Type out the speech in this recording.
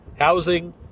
Housing